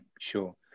sure